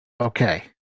okay